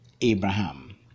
Abraham